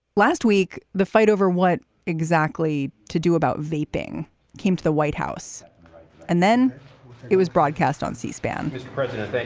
last week, the fight over what exactly to do about vaping came to the white house and then it was broadcast on c-span. mr. president,